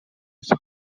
his